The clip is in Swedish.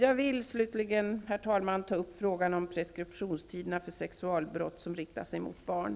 Jag vill slutligen, herr talman, ta upp frågan om preskriptionstiderna för sexualbrott som riktar sig mot barn.